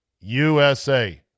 USA